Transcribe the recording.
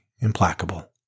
implacable